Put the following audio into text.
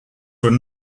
were